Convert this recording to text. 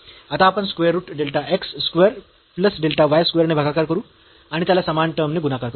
आता आपण square root delta x square plus delta y square ने भागाकार करू आणि त्याला समान टर्म ने गुणाकार करू